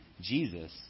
Jesus